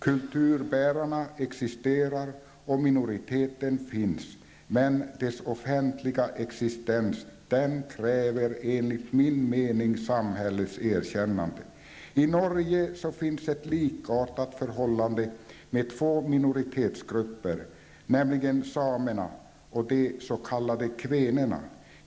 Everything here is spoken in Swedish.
Kulturbärarna existerar och minoriteten finns, men dess offentliga existens kräver enligt min mening samhällets erkännande. I Norge finns ett likartat förhållande med två minoritetsgrupper, nämligen samerna och de s.k. kvänerna.